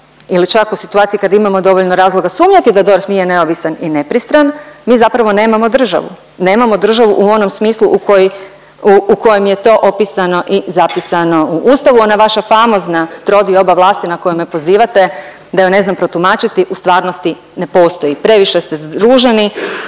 ili čak u situaciji kad imamo dovoljno razloga sumnjati da DORH nije neovisan i nepristran mi zapravo nemamo državu, nemamo državu u onom smislu u kojem je to opisano i zapisano u Ustavu. Ona vaša famozna trodioba vlasti na koju me pozivate da ju ne znam protumačiti u stvarnosti ne postoji, previše ste združeni